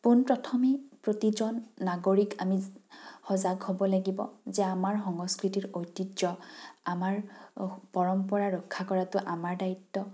পোন প্ৰথমে প্ৰতিজন নাগৰিক আমি সজাগ হ'ব লাগিব যে আমাৰ সংস্কৃতিত ঐতিহ্য আমাৰ পৰম্পৰা ৰক্ষা কৰাতো আমাৰ দায়িত্ব